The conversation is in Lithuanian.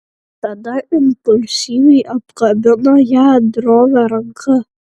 tada impulsyviai apkabino ją drovia ranka